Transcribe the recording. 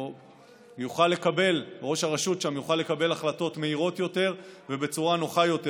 או שראש הרשות שם יוכל לקבל החלטות מהירות יותר ובצורה נוחה יותר,